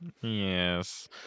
Yes